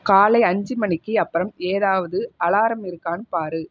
காலை அஞ்சு மணிக்கு அப்புறம் ஏதாவது அலாரம் இருக்கானு பார்